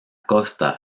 costa